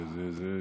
זה פוסט-טראומה.